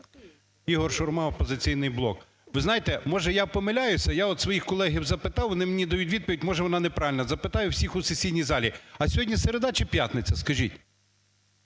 Ігор Шурма "Опозиційний блок". Ви знаєте, може, я помиляюся, я от у своїх колег запитав, вони мені дають відповідь, може вона не правильна, запитай у всіх у сесійній залі, а сьогодні середа чи п'ятниця, скажіть?